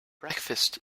breakfast